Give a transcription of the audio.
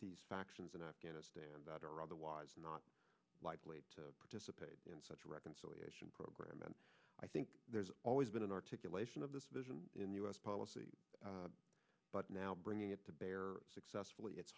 these factions in afghanistan about or otherwise not likely to participate in such a reconciliation program and i think there's always been an articulation of this vision in u s policy but now bringing it to bear successfully it's